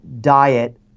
diet